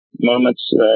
moments